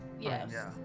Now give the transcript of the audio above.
Yes